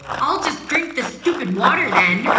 i'll just drink the stupid water then.